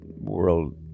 world